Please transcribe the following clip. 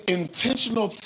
intentional